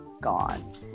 gone